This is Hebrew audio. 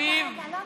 מסביב, לא רלוונטי.